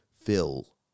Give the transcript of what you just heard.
fill